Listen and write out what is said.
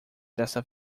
dessa